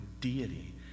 deity